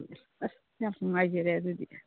ꯑꯁ ꯑꯁ ꯌꯥꯝ ꯅꯨꯡꯉꯥꯏꯖꯔꯦ ꯑꯗꯨꯗꯤ